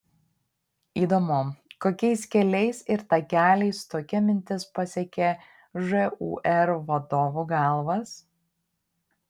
įdomu kokiais keliais ir takeliais tokia mintis pasiekė žūr vadovų galvas